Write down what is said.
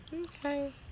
okay